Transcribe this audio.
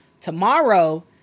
tomorrow